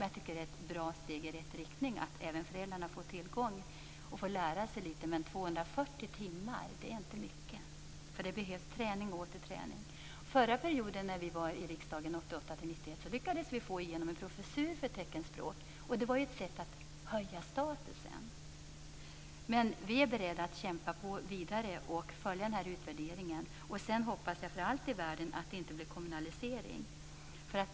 Det är ett steg i rätt riktning att även föräldrarna får tillgång till undervisning, men 240 timmar är inte mycket. Det behövs träning och åter träning. Under den förra perioden vi satt i riksdagen, 1988-1991, lyckade vi få igenom en professur för teckenspråk, och det var ett sätt att höja statusen. Men vi är beredda att kämpa vidare och följa utvärderingen. Sedan hoppas jag för allt i världen att det inte blir tal om någon kommunalisering.